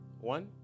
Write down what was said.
One